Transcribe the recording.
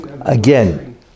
Again